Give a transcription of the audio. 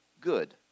good